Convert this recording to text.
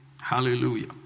hallelujah